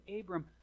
Abram